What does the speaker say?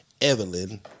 Evelyn